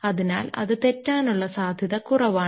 അതിനാൽ അത് തെറ്റാനുള്ള സാധ്യത കുറവാണ്